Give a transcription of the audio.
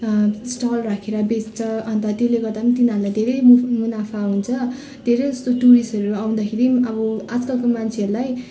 stall राखेर बेच्छ अन्त त्यसले गर्दा तिनीहरूलाई धेरै मुनाफा हुन्छ धेरै जस्तो टुरिस्टहरू आउँदाखेरि अब आजकलको मान्छेहरूलाई